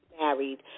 married